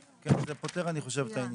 כן, זה פותר, אני חושב את העניין.